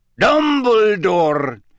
Dumbledore